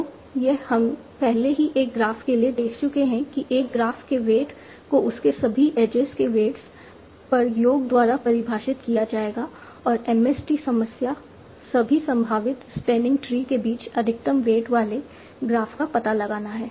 तो यह हम पहले ही एक ग्राफ के लिए देख चुके हैं कि एक ग्राफ के वेट को उसके सभी एजेज के वेट्स पर योग द्वारा परिभाषित किया जाएगा और MST समस्या सभी संभावित स्पैनिंग ट्री के बीच अधिकतम वेट वाले ग्राफ का पता लगाना है